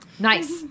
Nice